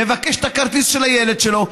מבקש את הכרטיס של הילד שלו,